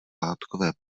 látkové